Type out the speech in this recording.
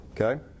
Okay